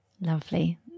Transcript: lovely